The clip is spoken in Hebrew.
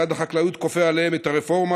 משרד החקלאות כופה עליהם את הרפורמה,